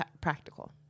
practical